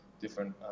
different